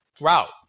route